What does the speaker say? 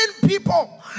people